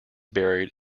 buried